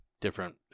different